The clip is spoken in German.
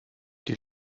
die